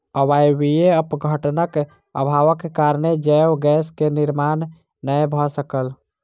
अवायवीय अपघटनक अभावक कारणेँ जैव गैस के निर्माण नै भअ सकल